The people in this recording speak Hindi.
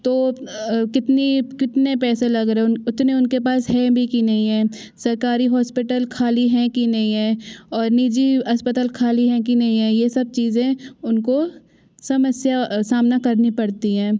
तो कितनी कितने पैसे लग रहे हैं इतने उनके पास है भी कि नहीं हैं सरकारी हॉस्पिटल ख़ाली हैं कि नहीं है और निजी अस्पताल ख़ाली है कि नहीं हैं यह सब चीज़ें उनको समस्या सामना करनी पड़ता है